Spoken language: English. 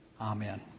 Amen